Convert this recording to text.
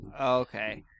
Okay